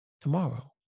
tomorrow